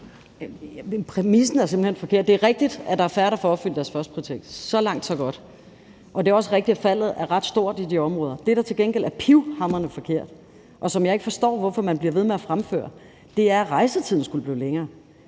Præmissen er simpelt hen forkert. Det er rigtigt, at der er færre, der får opfyldt deres førsteprioritet – så langt, så godt. Og det er også rigtigt, at faldet er ret stort i de områder. Det, der til gengæld er pivhamrende forkert, og som jeg ikke forstår at man bliver ved med at fremføre, er, at rejsetiden skulle blive længere.